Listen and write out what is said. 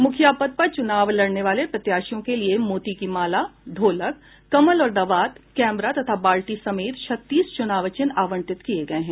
मुखिया पद पर चुनाव लड़ने वाले प्रत्याशियों के लिए मोती का माला ढोलक कलम और दावात कैमरा तथा बाल्टी समेत छत्तीस चुनाव चिन्ह आवंटित किये गये हैं